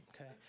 okay